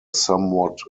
somewhat